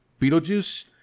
Beetlejuice